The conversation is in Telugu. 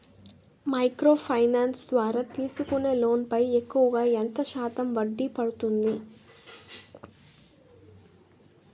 మైక్రో ఫైనాన్స్ ద్వారా తీసుకునే లోన్ పై ఎక్కువుగా ఎంత శాతం వడ్డీ పడుతుంది?